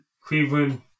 Cleveland